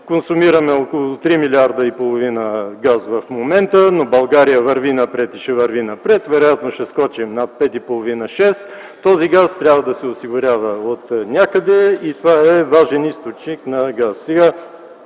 консумираме около 3,5 млрд. газ в момента, но България върви напред и ще върви напред. Вероятно ще скочим на 5,5-6. Тази газ трябва да се осигурява отнякъде и това е важен източник на газ.